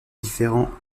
différents